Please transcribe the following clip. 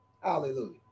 Hallelujah